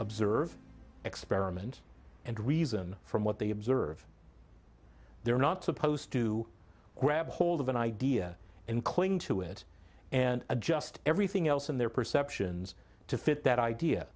observe experiment and reason from what they observe they're not supposed to grab hold of an idea and cling to it and adjust everything else in their perceptions to fit that idea